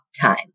time